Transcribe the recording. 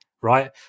right